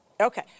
Okay